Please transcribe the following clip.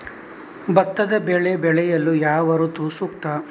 ಭತ್ತದ ಬೆಳೆ ಬೆಳೆಯಲು ಯಾವ ಋತು ಸೂಕ್ತ?